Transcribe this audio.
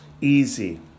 easy